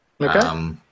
Okay